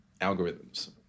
algorithms